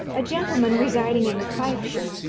a gentleman residing in fifeshire,